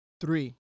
three